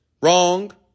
Wrong